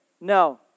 No